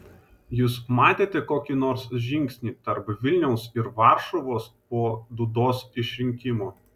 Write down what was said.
jūs matėte kokį nors žingsnį tarp vilniaus ir varšuvos po dudos išrinkimo